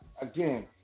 Again